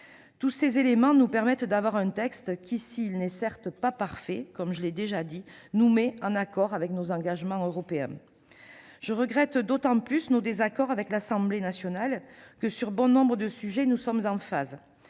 Tous ces éléments nous permettent d'avoir un texte qui, s'il n'est certes pas parfait, comme je l'ai déjà souligné, nous met en accord avec nos engagements européens. Je regrette d'autant plus nos désaccords avec l'Assemblée nationale que sur bon nombre de sujets nous sommes en phase,